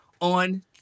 on